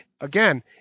Again